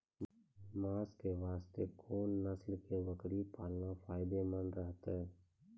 मांस के वास्ते कोंन नस्ल के बकरी पालना फायदे मंद रहतै?